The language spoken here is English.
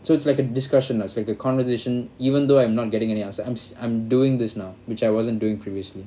so it's like a discussion it's like a conversation even though I'm not getting any answer I'm s~ I'm doing this now which I wasn't doing previously